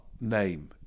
name